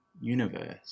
universe